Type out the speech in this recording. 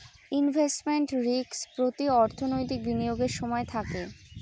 investment risk প্রতি অর্থনৈতিক বিনিয়োগের সময় থাকে